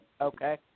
Okay